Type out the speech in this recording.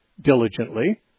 diligently